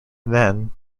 then